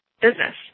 business